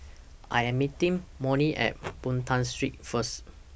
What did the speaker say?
I Am meeting Molly At Boon Tat Street First